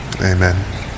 Amen